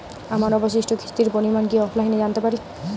আমার অবশিষ্ট কিস্তির পরিমাণ কি অফলাইনে জানতে পারি?